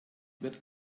wird